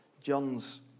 John's